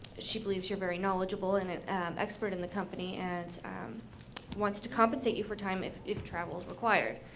she believes you're very knowledgeable and expert in the company, and wants to compensate you for time if if travel's required.